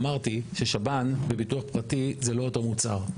אמרתי ששב"ן וביטוח פרטי זה לא אותו מוצר,